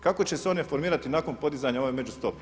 Kako će se one formirati nakon podizanja ove međustope?